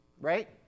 right